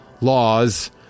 laws